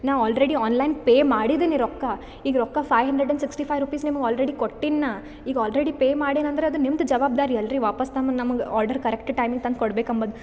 ನಾ already online pay ಮಾಡಿದೀನಿ ರೊಕ್ಕ ಈಗ ರೊಕ್ಕ five hundred and sixty five rupees ನಿಮ್ಗೆ ಆಲ್ರೆಡಿ ಕೊಟ್ಟಿನಿ ನಾ ಈಗ ಆಲ್ರೆಡಿ ಪೇ ಮಾಡೀನ್ ಅಂದ್ರೆ ನಿಮ್ದು ಜವಾಬ್ದಾರಿ ಅಲ್ರಿ ವಾಪಾಸ್ ನಮಗೆ ನಮಗೆ ಆರ್ಡರ್ ಕರೆಕ್ಟ್ ಟೈಮಿಗೆ ತಂದು ಕೊಡ್ಬೇಕು ಅಂಬೋದ್